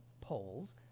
polls